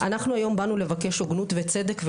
אנחנו היום באנו לבקש הוגנות וצדק,